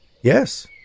Yes